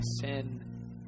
sin